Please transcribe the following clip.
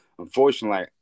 Unfortunately